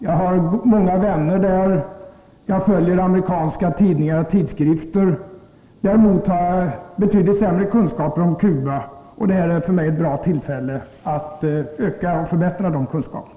Jag har många vänner där, och jag följer amerikanska tidningar och tidskrifter. Däremot har jag betydligt sämre kunskaper om Cuba, och detta är för mig ett bra tillfälle att öka och förbättra de kunskaperna.